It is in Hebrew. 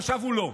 חשב הוא לא,